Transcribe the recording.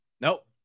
Nope